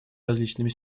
различными